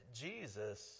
Jesus